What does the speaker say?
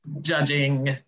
judging